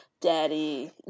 daddy